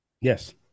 yes